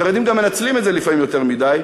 החרדים גם מנצלים את זה לפעמים יותר מדי,